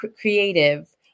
creative